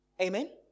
Amen